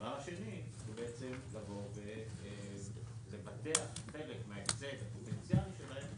דבר השני הוא לבוא ולבטח חלק מההפסד הפוטנציאלי שלהם